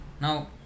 Now